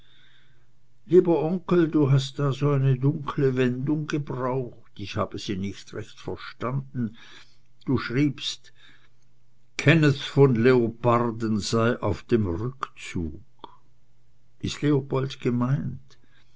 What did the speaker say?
lieber onkel du hast da so eine dunkle wendung gebraucht ich habe sie nicht recht verstanden du schriebst kenneth von leoparden sei auf dem rückzug ist leopold gemeint